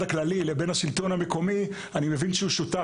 הכללי לבין השלטון המקומי אני מבין שהוא שותף.